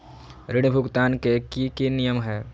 ऋण भुगतान के की की नियम है?